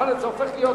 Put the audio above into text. אחר כך זה הופך להיות,